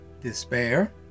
Despair